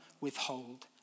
withhold